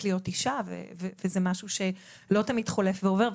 להיות אישה וזה משהו לא תמיד חולף ועובר,